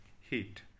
heat